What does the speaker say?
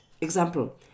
Example